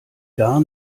gar